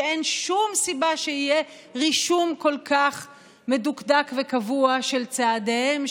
שאין שום סיבה שיהיה רישום כל כך מדוקדק וקבוע של צעדיהם,